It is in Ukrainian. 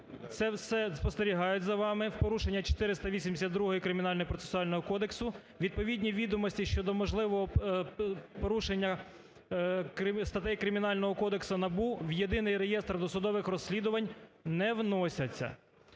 це все, спостерігають за вами, в порушення 482-ї Кримінально-процесуального кодексу відповідні відомості щодо можливого порушення статей Кримінального кодексу НАБУ в Єдиний реєстр досудових розслідувань не вносяться.